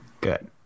Good